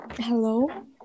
hello